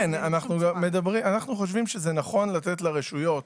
אנו חושבים שנכון לתת לרשויות